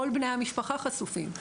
כל בני המשפחה חשופים.